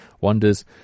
wonders